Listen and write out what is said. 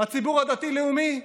לציבור הדתי-לאומי?